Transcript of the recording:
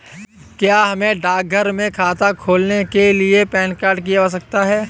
क्या हमें डाकघर में खाता खोलने के लिए पैन कार्ड की आवश्यकता है?